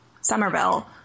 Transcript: Somerville